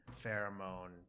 Pheromone